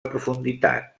profunditat